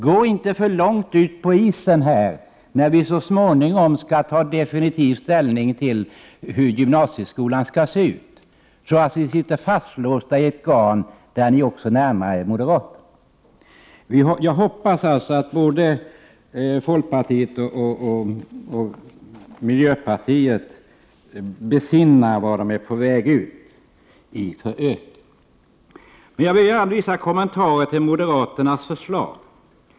Gå inte för långt ut på isen, när vi så 75 småningom skall ta definitiv ställning till hur gymnasieskolan skall se ut. Se till att ni inte sitter fast i ett garn och närmar er moderaterna. Jag hoppas alltså att både folkpartiet och miljöpartiet besinnar sig och inte vandrar ut i öknen. Jag vill göra vissa kommentarer till moderaternas förslag.